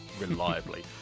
reliably